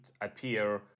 appear